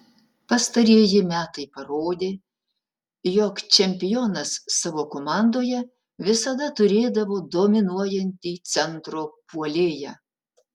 pastarieji metai parodė jog čempionas savo komandoje visada turėdavo dominuojantį centro puolėją